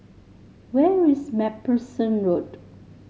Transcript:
where is MacPherson Road